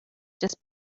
just